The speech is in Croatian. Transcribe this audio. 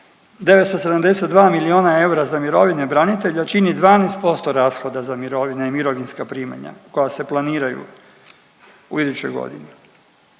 972 milijuna eura za mirovine branitelja čini 12% rashoda za mirovine i mirovinska primanja koja se planiraju u idućoj godini.